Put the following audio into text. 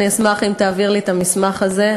אני אשמח אם תעביר לי את המסמך הזה,